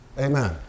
Amen